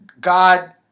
God